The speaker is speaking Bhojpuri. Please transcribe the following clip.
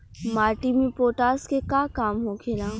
माटी में पोटाश के का काम होखेला?